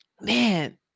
man